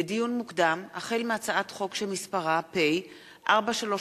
לדיון מוקדם: החל בהצעת חוק מס' פ/4315/18